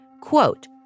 quote